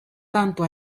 tanto